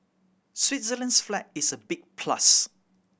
Switzerland's flag is a big plus